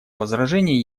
возражений